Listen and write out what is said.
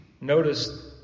Notice